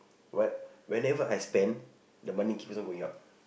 what whenever I spend the money keeps on going up